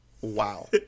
Wow